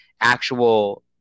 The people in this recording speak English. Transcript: actual